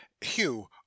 hugh